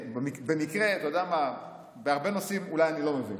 בהרבה נושאים אולי אני לא מבין.